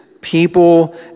people